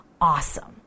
awesome